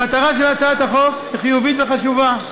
המטרה של הצעת החוק היא חיובית וחשובה,